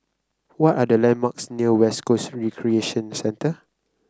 what are the landmarks near West Coast Recreation Centre